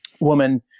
woman